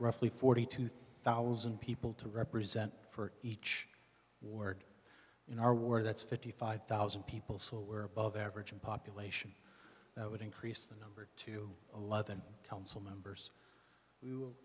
roughly forty two thousand people to represent for each ward in our work that's fifty five thousand people so we're above average population that would increase the number to eleven council members w